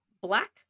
Black